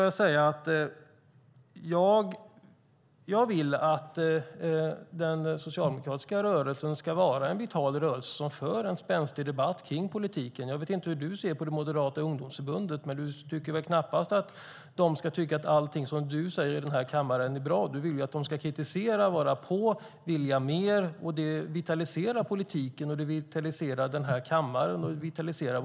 Jag vill att den socialdemokratiska rörelsen ska vara en vital rörelse som för en spänstig debatt om politiken. Jag vet inte hur du ser på det moderata ungdomsförbundet, Oskar Öholm, men du tycker väl knappast att det ska tycka att allt som du säger i kammaren är bra. Du vill väl att det ska kritisera, vara på och vilja mer. Det vitaliserar politiken, kammaren och partierna.